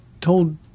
told